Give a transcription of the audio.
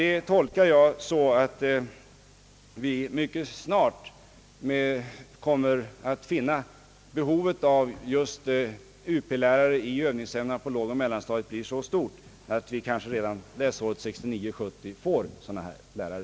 Det tolkar jag så att behovet av Up-lärare i övningsämnena på lågoch mellanstadiet mycket snart kommer att bli så stort, att vi redan läsåret 1969/70 får sådana lärare.